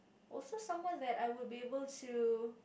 also someone there I would be able to